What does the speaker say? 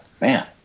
Man